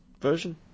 version